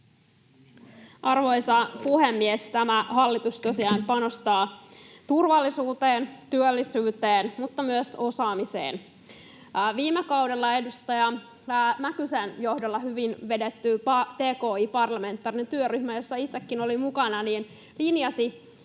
Arvoisa puhemies! Tämä hallitus tosiaan panostaa turvallisuuteen ja työllisyyteen mutta myös osaamiseen. Viime kaudella edustaja Mäkysen johdolla hyvin vedetty parlamentaarinen tki-työryhmä, jossa itsekin olin mukana, linjasi,